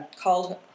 called